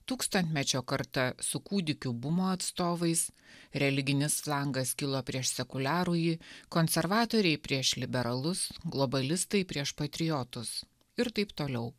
tūkstantmečio karta su kūdikių bumo atstovais religinis langas kilo prieš sekuliarųjį konservatoriai prieš liberalus globalistai prieš patriotus ir taip toliau